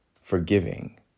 forgiving